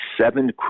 seven